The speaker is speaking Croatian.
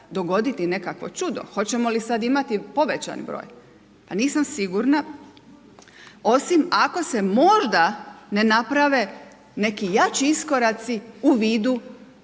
dogoditi nekakvo čudo? Hoćemo li sad imati povećan broj? A nisam sigurna, osim ako se možda ne naprave neki jači iskoraci u vidu